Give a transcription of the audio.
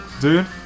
dude